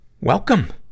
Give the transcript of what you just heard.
welcome